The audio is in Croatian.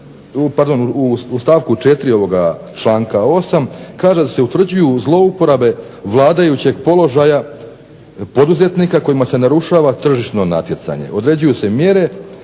u stavku 4. ovoga članka 8. kaže da se utvrđuju zlouporabe vladajućeg položaja poduzetnika kojima se narušava tržišno natjecanje, određuju se mjere,